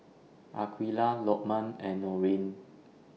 Aqilah Lokman and Nurin